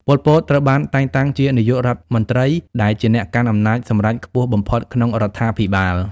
ប៉ុល ពត ត្រូវបានតែងតាំងជានាយករដ្ឋមន្ត្រី ដែលជាអ្នកកាន់អំណាចសម្រេចខ្ពស់បំផុតក្នុងរដ្ឋាភិបាល។